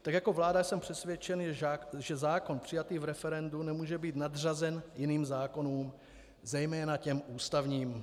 Tak jako vláda jsem přesvědčen, že zákon přijatý v referendu nemůže být nadřazen jiným zákonům, zejména těm ústavním.